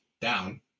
down